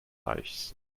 reichs